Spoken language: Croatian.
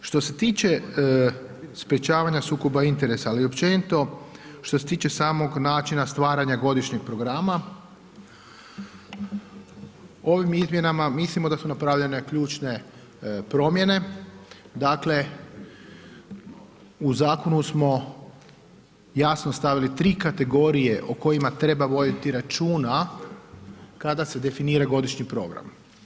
Što se tiče sprječavanja sukoba interesa, ali i općenito što se tiče samog načina stvaranja godišnjeg programa, ovim izmjenama mislimo da u napravljene ključne promjene, dakle, u zakonu smo jasno stavili 3 kategorije o kojima treba voditi računa kada se definira godišnji program.